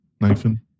Nathan